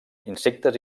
insectes